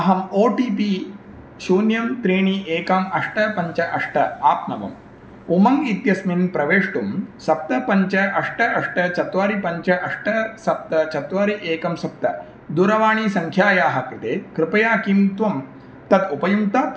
अहम् O T P शून्यं त्रीणि एकम् अष्ट पञ्च अष्ट आप्नवम् उमङ्ग् इत्यस्मिन् प्रवेष्टुं सप्त पञ्च अष्ट अष्ट चत्वारि पञ्च अष्ट सप्त चत्वारि एकं सप्त दूरवाणीसङ्ख्यायाः कृते कृपया किं त्वं तत् उपयुङ्क्तात्